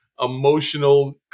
emotional